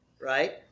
right